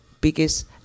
biggest